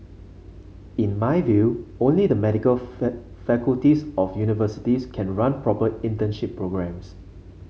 in my view only the medical faculties of universities can run proper internship programmes